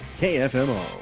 KFMO